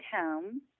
home